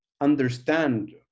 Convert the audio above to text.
understand